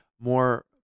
more